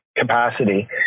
capacity